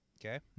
Okay